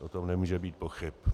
O tom nemůže být pochyb.